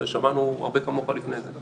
שמענו הרבה כמוך לפני זה.